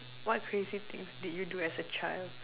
what crazy things did you do as a child